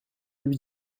lui